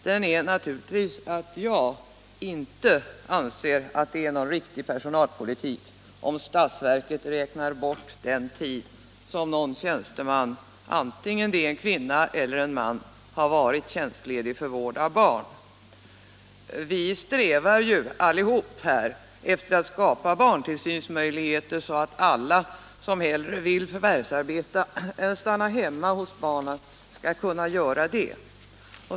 Den är naturligtvis att jag inte anser att det är en riktig personalpolitik om statsverket räknar bort den tid som en tjänsteman — antingen det är en kvinna eller en man —- har varit tjänstledig för vård av barn. Vi strävar alla efter att skapa barntillsynsmöjligheter så att alla som hellre vill förvärvsarbeta än stanna hemma hos barnen skall kunna göra det.